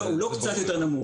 הוא לא קצת יותר נמוך.